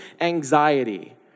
anxiety